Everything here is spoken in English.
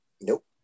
nope